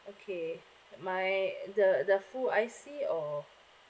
okay my the the full I_C or